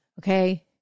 okay